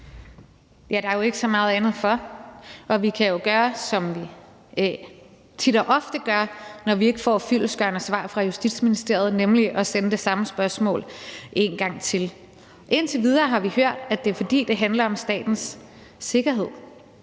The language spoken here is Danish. Ja, der er jo ikke så meget andet for. Og vi kan jo gøre, som vi tit og ofte gør, når vi ikke får fyldestgørende svar fra Justitsministeriet, nemlig at sende det samme spørgsmål en gang til. Indtil videre har vi hørt, at det er, fordi det handler om statens sikkerhed,